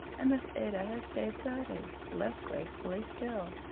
and miss ada has stayed thirty, less gracefully still.